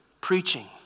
preaching